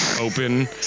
open